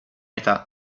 età